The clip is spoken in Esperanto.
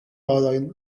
horojn